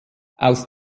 aus